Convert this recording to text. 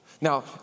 Now